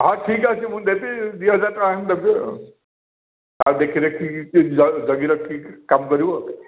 ହଁ ଠିକ୍ ଅଛି ମୁଁ ଦେବି ଦୁଇହଜାର ଟଙ୍କା ମୁଁ ଦେବି ଆଉ ଆଉ ଟିକେ ଦେଖି ରଖି କି ଯଗି ରଖିକି କାମ କରିବୁ ଆଉ